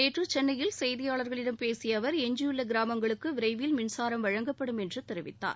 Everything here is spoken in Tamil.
நேற்று சென்னையில் செய்தியாளர்களிடம் பேசிய அவர் எஞ்சியுள்ள கிராமங்களுக்கு விரைவில் மின்சாரம் வழங்கப்படும் என்று தெரிவித்தார்